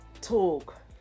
talk